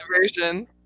version